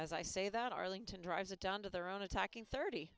as i say that arlington drives it down to their own attacking thirty